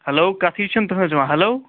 hello کَتھٕے چھَنہٕ تُہٕنٛز یِوان ہٮ۪لو